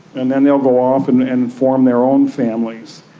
and then they will go off and and form their own families.